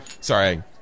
Sorry